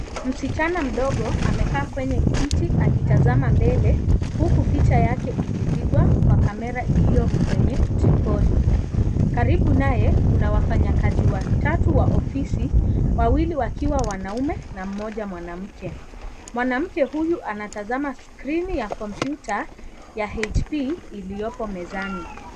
Msichana mdogo, amekaa kwenye kiti akitazama mbele huku picha yake ikipigwa kwa kamera iliyo kwenye tripodi. Karibu naye kuna wafanyakazi watatu wa ofisi. Wawili wakiwa wanaume na mmoja mwanamke. Mwanamke huyu anatazama screen ya kompyuta ya HP iliyopo mezani.